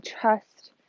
trust